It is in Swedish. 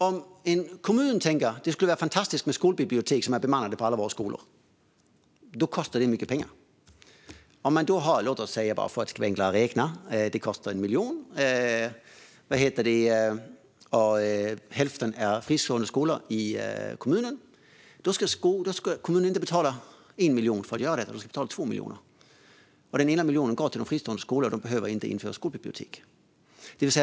Om en kommun tycker att det skulle vara fantastiskt med bemannade skolbibliotek på alla skolor i kommunen och vill göra verklighet av det kostar det i dagsläget mycket pengar. Låt oss säga att det kostar 1 miljon och att hälften av skolorna i kommunen är fristående skolor. Då skulle kommunen inte få betala 1 miljon utan 2 miljoner för att göra detta. Den ena miljonen går till de fristående skolorna, som inte behöver införa skolbibliotek.